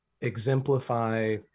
exemplify